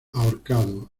ahorcado